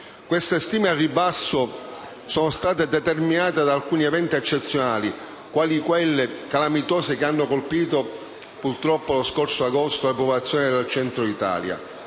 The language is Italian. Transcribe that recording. Queste stime al ribasso sono state determinate da alcuni eventi eccezionali, quali gli eventi calamitosi che hanno colpito lo scorso agosto le popolazioni del Centro Italia.